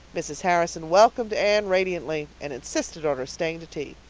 mrs. harrison welcomed anne radiantly and insisted on her staying to tea.